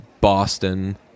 boston